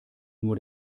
nur